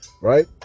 Right